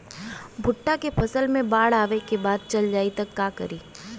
भुट्टा के फसल मे बाढ़ आवा के बाद चल जाई त का करी?